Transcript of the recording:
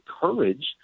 courage